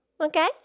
Okay